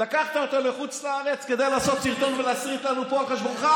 זה כאילו מהמימון לבוחר, מהקשר לבוחר, הבנת?